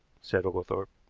said oglethorpe.